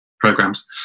programs